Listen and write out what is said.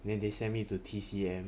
then they sent me to T_C_M